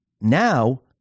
Now